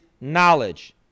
knowledge